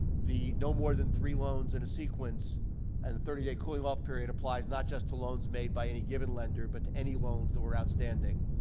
the no more than three loans in a sequence and the thirty day cooling-off period applies not just to loans by any given lender but to any loans that were outstanding,